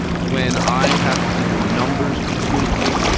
when i have to when numbers confuse me,